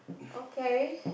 okay